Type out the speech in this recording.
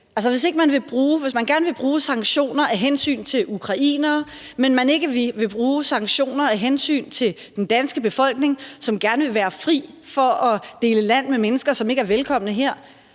Hvis man gerne vil bruge sanktioner af hensyn til ukrainere, mens man ikke vil bruge sanktioner af hensyn til den danske befolkning, som gerne ville være fri for at dele land med mennesker, som ikke er velkomne her,